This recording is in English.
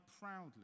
proudly